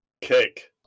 Cake